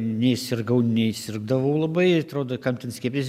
nei sirgau nei sirgdavau labai atrodo kam ten skiepytis